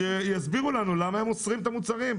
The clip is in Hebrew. שיסבירו לנו למה הם אוסרים את המוצרים.